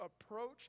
approach